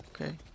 okay